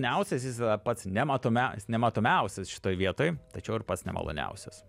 seniausias yra pats nematome jis nematomiausias šitoj vietoj tačiau ir pats nemaloniausias